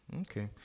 Okay